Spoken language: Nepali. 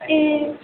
ए